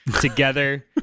together